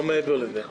לא מעבר לזה.